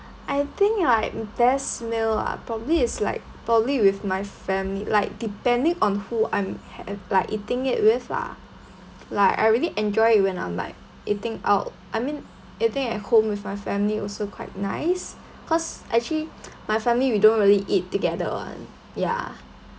I think like best meal ah probably it's like probably with my family like depending on who I'm hav~ like eating it with lah like I really enjoy it when I'm like eating out I mean eating at home with my family also quite nice cause actually my family we don't really eat together [one] ya